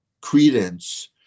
credence